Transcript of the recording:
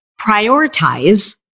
prioritize